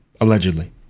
Allegedly